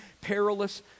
Perilous